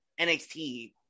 NXT